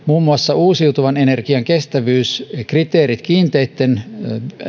muun muassa uusiutuvan energian kestävyyskriteerit kiinteitten